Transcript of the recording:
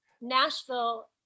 Nashville